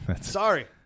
Sorry